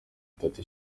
itatu